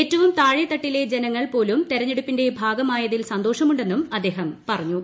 ഏറ്റവും താഴെ തട്ടിലെ ജനങ്ങൾ പോലും തെരഞ്ഞെടുപ്പിന്റെ ഭാഗമായതിൽ സന്തോഷമുന്നും അദ്ദേഹം പറഞ്ഞു